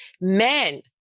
men